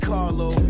Carlo